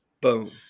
Boom